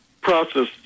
process